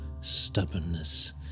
stubbornness